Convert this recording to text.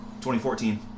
2014